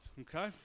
okay